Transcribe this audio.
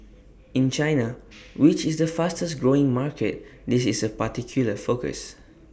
in China which is the fastest growing market this is A particular focus